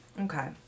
Okay